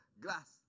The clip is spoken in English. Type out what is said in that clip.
glass